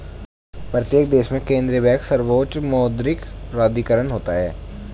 प्रत्येक देश में केंद्रीय बैंक सर्वोच्च मौद्रिक प्राधिकरण होता है